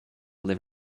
live